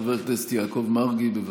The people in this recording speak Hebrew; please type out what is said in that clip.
חבר הכנסת יעקב מרגי, בבקשה.